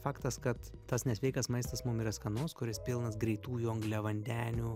faktas kad tas nesveikas maistas mum yra skanaus kuris pilnas greitųjų angliavandenių